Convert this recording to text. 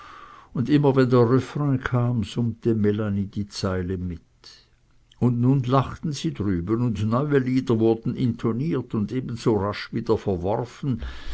und immer wenn der refrain kam summte melanie die zeile mit und nun lachten sie drüben und neue lieder wurden intoniert und ebenso rasch wieder